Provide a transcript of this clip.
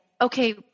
okay